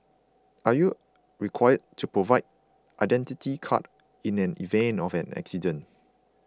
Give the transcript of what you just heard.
are you required to provide Identity Card in an event of an accident